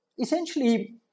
essentially